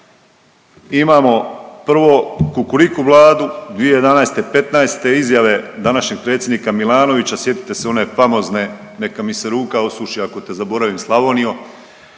imamo prvo kukuriku Vladu 2011, 15-e izjave današnjeg predsjednika Milanovića, sjetite se one famozne, neka mi se ruka osuši ako te zaboravim Slavonijo.